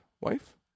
Wife